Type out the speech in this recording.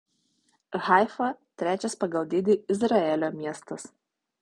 haifa trečias pagal dydį izraelio miestas